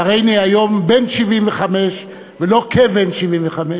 והרי אני היום בן 75 ולא כבן 75,